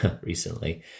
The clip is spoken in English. recently